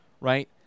right